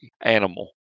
animal